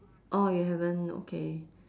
orh you haven't okay